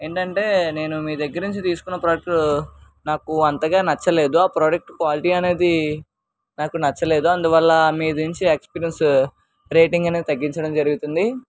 ఏంటంటే నేను మీ దగ్గర నుంచి తీసుకున్న ప్రోడక్ట్ నాకు అంతగా నచ్చలేదు ఆ ప్రోడక్ట్ క్వాలిటీ అనేది నాకు నచ్చలేదు అందువల్ల మీ నుంచి ఎక్స్పీరియన్స్ రేటింగ్ అనేది తగ్గించడం జరుగుతుంది